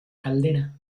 caldera